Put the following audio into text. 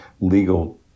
legal